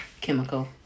chemical